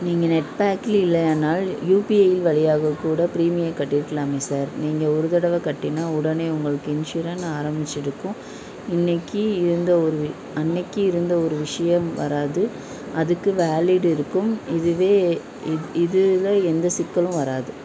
நீங்கள் net banking இல்லையானால் யூபிஐயில் வழியாக கூட ப்ரீமியம் கட்டிருக்கலாமே சார் நீங்கள் ஒரு தடவை கட்டினா உடனே உங்களுக்கு இன்சூரன்ஸ் ஆரம்பிச்சிருக்கும் இன்னைக்கு இருந்த ஒரு அன்னைக்கு இருந்து ஒரு விஷயம் வராது அதுக்கு வேலிட் இருக்கும் இதுவே இது இதில் எந்த சிக்கலும் வராது